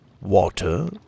water